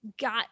got